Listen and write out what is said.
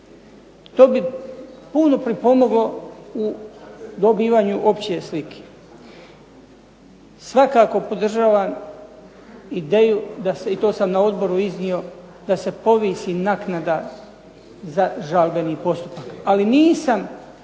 To bi puno pripomoglo u dobivanju opće slike. Svakako podržavam ideju i to sam na odboru iznio da se povisi naknada za žalbeni postupak, ali nisam